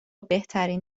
بهترین